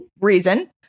reason